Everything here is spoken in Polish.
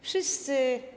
Wszyscy.